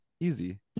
Easy